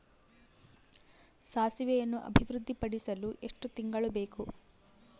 ಸಾಸಿವೆಯನ್ನು ಅಭಿವೃದ್ಧಿಪಡಿಸಲು ಎಷ್ಟು ತಿಂಗಳು ಬೇಕು?